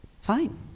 fine